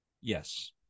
Yes